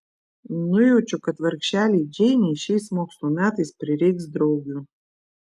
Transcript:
nujaučiu kad vargšelei džeinei šiais mokslo metais prireiks draugių